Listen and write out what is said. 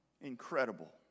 Incredible